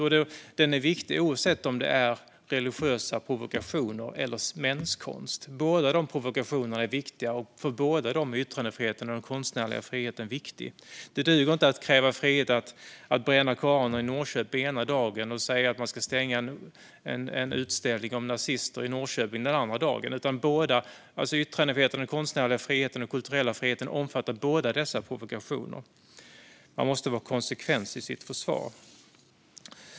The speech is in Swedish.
Och det är viktigt oavsett om det gäller religiösa provokationer eller menskonst. Båda dessa provokationer är viktiga, och för båda är yttrandefriheten och den konstnärliga friheten viktiga. Det duger inte att kräva frihet att bränna koranen i Norrköping den ena dagen och säga att man ska stänga en utställning om nazister i Norrköpings den andra dagen. Yttrandefriheten, den konstnärliga friheten och den kulturella friheten omfattar båda dessa provokationer. Man måste vara konsekvent i sitt försvar.